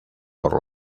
por